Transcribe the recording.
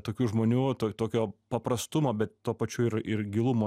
tokių žmonių tokio paprastumo bet tuo pačiu ir ir gilumo